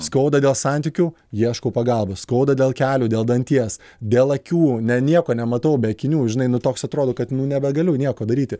skauda dėl santykių ieškau pagalbos skauda dėl kelių dėl danties dėl akių ne nieko nematau be akinių žinai nu toks atrodo kad nu nebegaliu nieko daryti